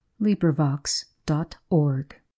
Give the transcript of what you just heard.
LibriVox.org